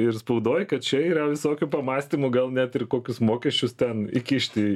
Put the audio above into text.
ir spaudoj kad čia yra visokių pamąstymų gal net ir kokius mokesčius ten įkišt į